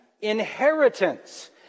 inheritance